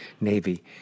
Navy